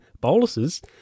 boluses